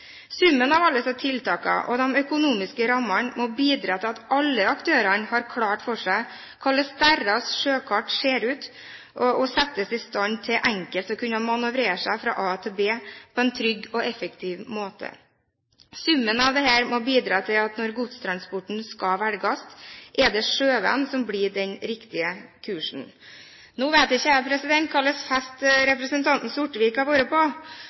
Summen av alle disse tiltakene, og de økonomiske rammene, må bidra til at alle aktørene har klart for seg hvordan deres sjøkart ser ut, og at de settes i stand til enkelt å kunne manøvrere seg fra A til B på en trygg og effektiv måte. Summen av dette må bidra til at når godstransporten skal velges, er det sjøveien som blir den riktige kursen. Nå vet ikke jeg hva slags fest representanten Sortevik har vært på, men melding eller ikke – jeg tror på